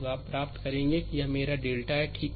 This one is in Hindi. तो आप प्राप्त करेंगे यह मेरा डेल्टा हैठीक है